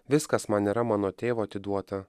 viskas man yra mano tėvo atiduota